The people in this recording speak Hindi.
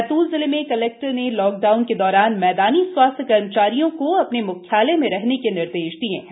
बैतूल जिले में कलेक्टर ने लॉकडाउन के दौरान मैदानी स्वास्थ्य कर्मचारियों को अपने म्ख्यालय में रहने के निर्देश दिए हैं